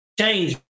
change